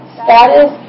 status